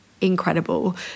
incredible